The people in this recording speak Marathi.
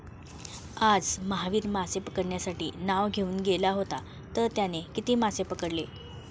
आज महावीर मासे पकडण्यासाठी नाव घेऊन गेला होता तर त्याने किती मासे पकडले?